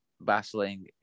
battling